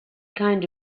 kind